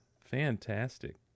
fantastic